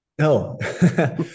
No